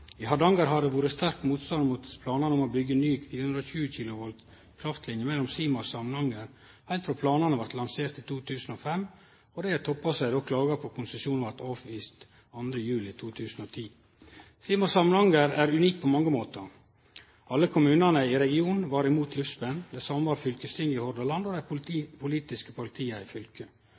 I Hardanger har det vore sterk motstand mot planane om å byggje ei ny 420 kW kraftlinje mellom Sima og Samnanger heilt frå planane vart lanserte i 2005, og det toppa seg då klaga på konsesjonen vart avvist 2. juli 2010. Sima–Samnanger er unik på mange måtar. Alle kommunane i regionen var imot luftspenn. Det same var fylkestinget i Hordaland og dei politiske